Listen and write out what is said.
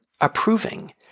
approving